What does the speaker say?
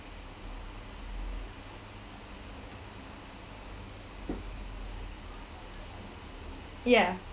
yeah